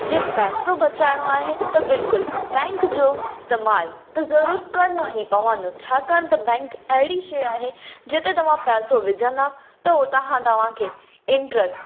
जे पैसो बचाइणो आहे त बिल्कुलु बैंक जो इस्तेमाल त ज़रूरु करिणो ई पवंदो छाकाणि त बैंक अहिड़ी शइ आहे जिते तव्हां पैसो विझंदा त उतां खां तव्हां खे इंटरस्ट